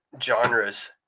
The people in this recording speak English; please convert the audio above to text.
genres